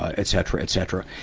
ah etc, etc.